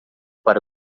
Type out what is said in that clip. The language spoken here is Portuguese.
para